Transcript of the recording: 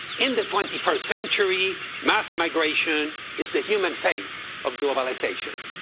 in the twenty first century, mass migration is the human face of globalization.